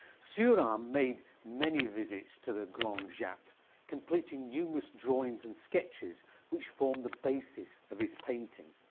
seurat um made many visits to the grande jatte completing numerous drawings and sketches which formed the basis of his painting.